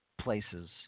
Places